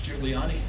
Giuliani